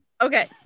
okay